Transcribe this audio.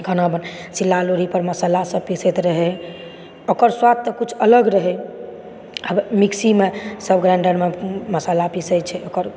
खाना शिलौट लोढ़ी पर मसाला सब पिसैत रहै ओकर स्वाद तऽ किछु अलग रहै आब मिक्सीमे सब ग्राइन्डरमे मसाला पिसै छै ओकर